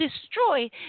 destroy